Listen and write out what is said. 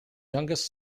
youngest